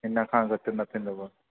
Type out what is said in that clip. हिनसां घटि न कंदोमाव